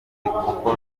kuko